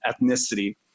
ethnicity